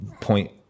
point